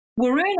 Waruna